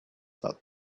thought